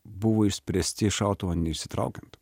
buvo išspręsti šautuvo neišsitraukiant